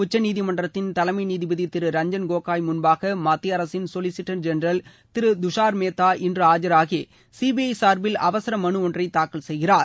உச்ச்நீதிமன்றத்தின் தலைமை நீதிபதி திரு ரஞ்சன் கோகாய் முன்பாக மத்திய அரசின் சொலிசிடர் ஜென்ரல் திரு துஷார் மேத்தா இன்று ஆஜாகி சிபிஐ சார்பில் அவசர மனு ஒன்றை தாக்கல் செய்கிறார்